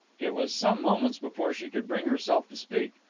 it was some moments before she could bring herself to speak.